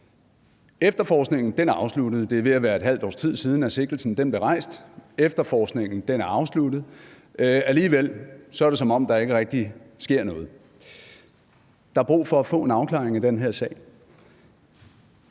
Efterforskningen er afsluttet. Det er ved at være et halvt års tid siden, at sigtelsen blev rejst. Efterforskningen er afsluttet; alligevel er det, som om der ikke rigtig sker noget. Der er brug for at få en afklaring af den her sag.